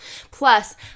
plus